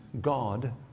God